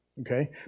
Okay